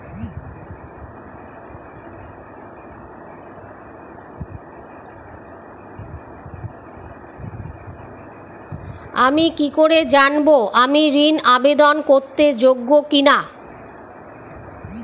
আমি কি করে জানব আমি ঋন আবেদন করতে যোগ্য কি না?